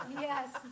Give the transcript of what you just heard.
Yes